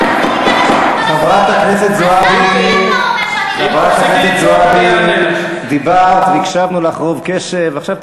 חברת הכנסת זועבי, את מקבלת תשובה עכשיו,